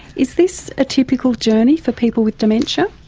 is this a typical journey for people with dementia?